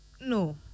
No